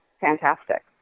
fantastic